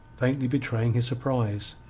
faintly betraying his surprise.